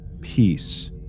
peace